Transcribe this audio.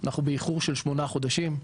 אנחנו באיחור של שמונה חודשים,